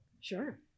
Sure